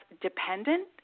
dependent